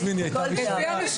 יושב הראש